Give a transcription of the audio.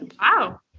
Wow